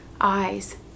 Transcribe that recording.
eyes